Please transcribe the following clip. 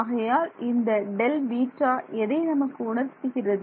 ஆகையால் இந்த Δβ எதை நமக்கு உணர்த்துகிறது